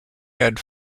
had